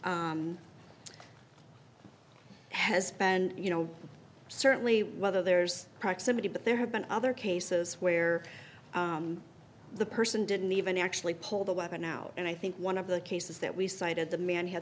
has been you know certainly whether there's proximity but there have been other cases where the person didn't even actually pull the weapon out and i think one of the cases that we cited the man had